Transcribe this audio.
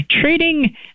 trading